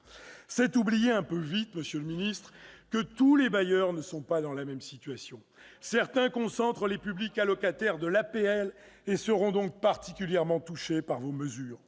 C'est oublier un peu vite, monsieur le secrétaire d'État, que tous les bailleurs ne sont pas dans la même situation : certains concentrent les publics allocataires de l'APL et seront donc particulièrement touchés par vos mesures